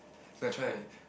no I try